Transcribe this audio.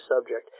subject